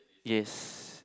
yes